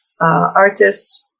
artists